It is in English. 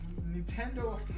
Nintendo